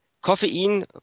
koffein